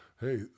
hey